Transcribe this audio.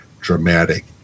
dramatic